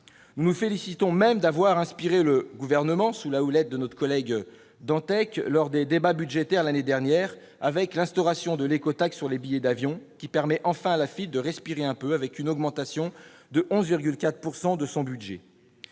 Nous nous félicitons même d'avoir inspiré le Gouvernement, sous la houlette de notre collègue Ronan Dantec, lors des débats budgétaires l'année dernière : l'instauration de l'écotaxe sur les billets d'avion permet enfin à l'Afitf de respirer un peu, son budget étant en augmentation de 11,4 %. Certes,